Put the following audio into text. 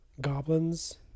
goblins